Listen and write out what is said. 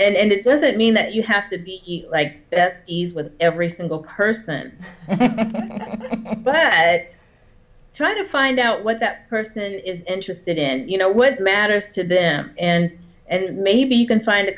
so and it doesn't mean that you have to be like ease with every single person try to find out what that person is interested in you know what matters to them and and maybe you can find a